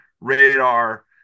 radar